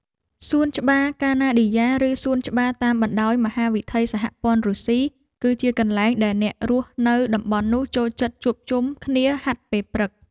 សួនច្បារកាណាឌីយ៉ា ឬសួនច្បារតាមបណ្ដោយមហាវិថីសហព័ន្ធរុស្ស៊ី គឺជាកន្លែងដែលអ្នករស់នៅតំបន់នោះចូលចិត្តជួបជុំគ្នាហាត់ពេលព្រឹក។